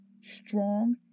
strong